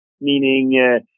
meaning